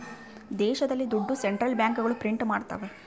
ದೇಶದಲ್ಲಿ ದುಡ್ಡು ಸೆಂಟ್ರಲ್ ಬ್ಯಾಂಕ್ಗಳು ಪ್ರಿಂಟ್ ಮಾಡ್ತವ